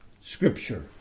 scripture